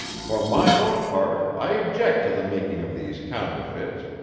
for mine own part i object to the making of these counterfeits,